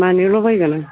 मानैल' बायगोन